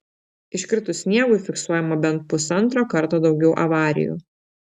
iškritus sniegui fiksuojama bent pusantro karto daugiau avarijų